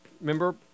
Remember